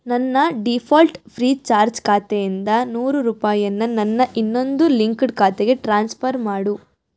ನನ್ನ default Freecharge ಖಾತೆಯಿಂದ ನೂರು ರೂಪಾಯಿಯನ್ನ ನನ್ನ ಇನ್ನೊಂದು ಲಿಂಕ್ಡ್ ಖಾತೆಗೆ ಟ್ರಾನ್ಸ್ಫರ್ ಮಾಡು